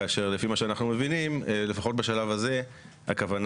כאשר אנחנו מבינים שלפחות בשלב הזה הכוונה